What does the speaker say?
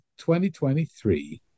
2023